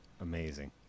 amazing